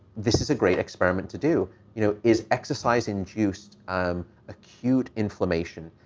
this is a great experiment to do. you know, is exercise-induced um acute inflammation,